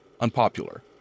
unpopular